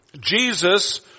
Jesus